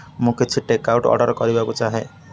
ମୁଁ କିଛି take out order କରିବାକୁ ଚାହେଁ